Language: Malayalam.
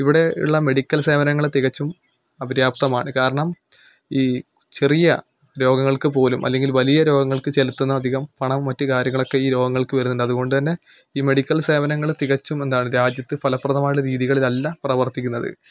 ഇവിടെ ഉള്ള മെഡിക്കൽ സേവനങ്ങൾ തികച്ചും അപര്യാപ്തമാണ് കാരണം ഈ ചെറിയ രോഗങ്ങൾക്ക് പോലും അല്ലെങ്കിൽ വലിയ രോഗങ്ങൾക്ക് ചെലുത്തുന്ന അധികം പണം മറ്റ് കാര്യങ്ങളൊക്കെ ഈ രോഗങ്ങൾക്ക് വരുന്നുണ്ട് അതുകൊണ്ടു തന്നെ ഈ മെഡിക്കൽ സേവനങ്ങൾ തികച്ചും എന്താണ് രാജ്യത്ത് ഫലപ്രദമായിട്ടുള്ള രീതികളിലല്ല പ്രവർത്തിക്കുന്നത്